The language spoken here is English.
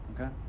okay